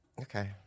Okay